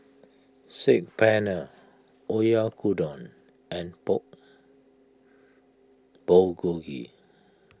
Saag Paneer Oyakodon and Pork Bulgogi